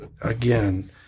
again